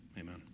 Amen